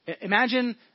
Imagine